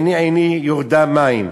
עיני עיני יֹרדה מים".